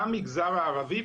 למגזר הערבי,